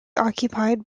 occupied